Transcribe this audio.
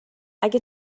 اگه